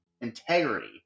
integrity